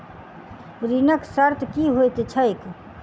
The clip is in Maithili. ऋणक शर्त की होइत छैक?